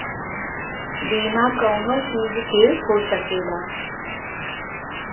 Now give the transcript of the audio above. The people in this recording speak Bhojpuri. बीमा कउनो चीज के हो सकेला